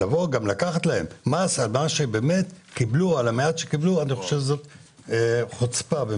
לקחת להם מהמעט שקיבלו זו חוצפה.